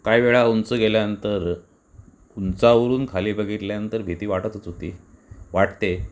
काही वेळा उंच गेल्यानंतर उंचावरून खाली बघितल्यानंतर भीती वाटतच होती वाटते